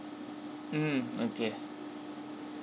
mm okay